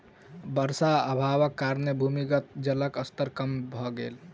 वर्षा अभावक कारणेँ भूमिगत जलक स्तर कम भ गेल